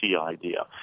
idea